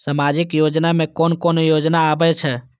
सामाजिक योजना में कोन कोन योजना आबै छै?